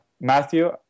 Matthew